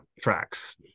tracks